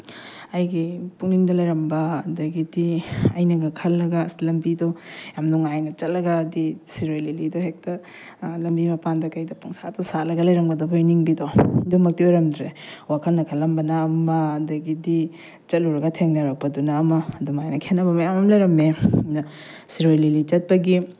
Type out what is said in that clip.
ꯑꯩꯒꯤ ꯄꯨꯛꯅꯤꯡꯗ ꯂꯩꯔꯝꯕ ꯑꯗꯒꯤꯗꯤ ꯑꯩꯅꯒ ꯈꯜꯂꯒ ꯑꯁ ꯂꯝꯕꯤꯗꯣ ꯌꯥꯝ ꯅꯨꯡꯉꯥꯏꯅ ꯆꯠꯂꯒꯗꯤ ꯁꯤꯔꯣꯏ ꯂꯤꯂꯤꯗꯣ ꯍꯦꯛꯇ ꯂꯝꯕꯤ ꯃꯄꯥꯟꯗ ꯀꯩꯗ ꯄꯪꯁꯥꯠꯇ ꯁꯥꯠꯂꯒ ꯂꯩꯔꯝꯒꯗꯕꯣꯏ ꯅꯤꯡꯕꯤꯗꯣ ꯑꯗꯨꯃꯛꯇꯤ ꯑꯣꯏꯔꯝꯗ꯭ꯔꯦ ꯋꯥꯈꯜꯅ ꯈꯜꯂꯝꯕꯅ ꯑꯃ ꯑꯗꯒꯤꯗꯤ ꯆꯠꯂꯨꯔꯒ ꯊꯦꯡꯅꯔꯛꯄꯗꯨꯅ ꯑꯃ ꯑꯗꯨꯃꯥꯏꯅ ꯈꯦꯠꯅꯕ ꯃꯌꯥꯝ ꯑꯃ ꯂꯩꯔꯝꯃꯦ ꯑꯗ ꯁꯤꯔꯣꯏ ꯂꯤꯂꯤ ꯆꯠꯄꯒꯤ